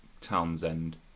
Townsend